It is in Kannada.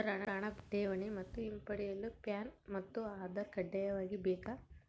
ಸರ್ ಹಣ ಠೇವಣಿ ಮತ್ತು ಹಿಂಪಡೆಯಲು ಪ್ಯಾನ್ ಮತ್ತು ಆಧಾರ್ ಕಡ್ಡಾಯವಾಗಿ ಬೇಕೆ?